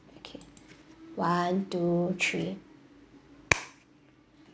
okay one two three